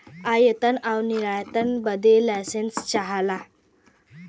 आयात आउर निर्यात बदे लाइसेंस चाहला